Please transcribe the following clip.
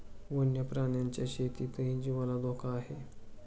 वन्य प्राण्यांच्या शेतीतही जीवाला धोका आहे